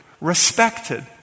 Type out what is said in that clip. respected